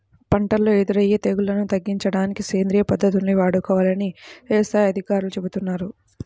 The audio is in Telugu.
పంటల్లో ఎదురయ్యే తెగుల్లను తగ్గించుకోడానికి సేంద్రియ పద్దతుల్ని వాడుకోవాలని యవసాయ అధికారులు చెబుతున్నారు